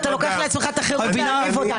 ואתה לוקח לעצמך את החירות להעליב אותנו.